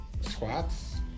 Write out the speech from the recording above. squats